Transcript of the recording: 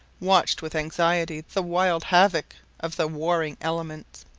watched with anxiety the wild havoc of the warring elements.